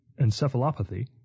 encephalopathy